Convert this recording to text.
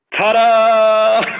ta-da